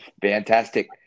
fantastic